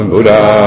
Buddha